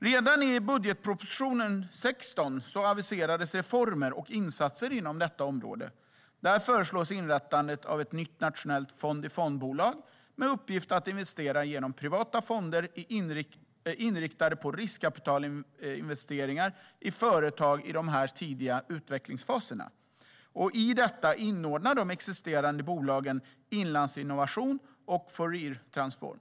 Redan i budgetpropositionen för 2016 aviserades reformer och insatser inom detta område. Där föreslås inrättandet av ett nytt nationellt fond-i-fond-bolag med uppgift att investera i privata fonder som är inriktade på riskkapitalinvesteringar i företag under de tidiga utvecklingsfaserna. I detta ska inordnas redan existerande bolag Inlandsinnovation och Fouriertransform.